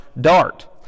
Dart